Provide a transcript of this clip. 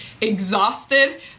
exhausted